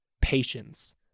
patience